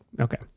okay